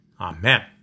Amen